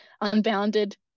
unbounded